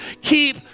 Keep